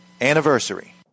anniversary